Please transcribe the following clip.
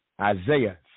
Isaiah